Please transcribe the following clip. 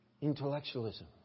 intellectualism